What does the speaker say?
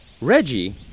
Reggie